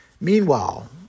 Meanwhile